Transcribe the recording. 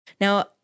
Now